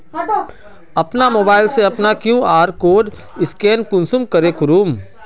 अपना मोबाईल से अपना कियु.आर कोड स्कैन कुंसम करे करूम?